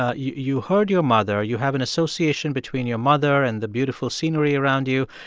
ah you you heard your mother. you have an association between your mother and the beautiful scenery around you,